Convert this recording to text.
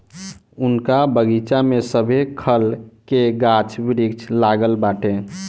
उनका बगइचा में सभे खल के गाछ वृक्ष लागल बाटे